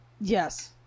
yes